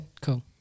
Cool